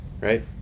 right